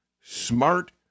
smart